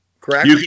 correct